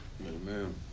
Amen